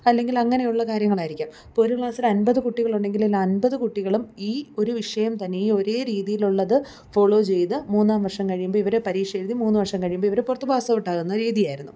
അല്ലെങ്കിൽ അങ്ങനെയുള്ള കാര്യങ്ങളായിരിക്കാം ഇപ്പം ഒരു ക്ലാസിൽ അൻപത് കുട്ടികൾ ഉണ്ടെങ്കിലും അൻപത് കുട്ടികളും ഈ ഒരു വിഷയം തന്നെ ഈ ഒരേ രീതിയിലുള്ളത് ഫോളോ ചെയ്ത് മൂന്നാം വർഷം കഴിയുമ്പോൾ ഇവർ പരീക്ഷ എഴുതി മൂന്നു വർഷം കഴിയുമ്പോൾ ഇവർ പുറത്ത് പാസ് ഔട്ട് ആകുന്ന രീതിയായിരുന്നു